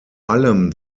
allem